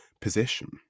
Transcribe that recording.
position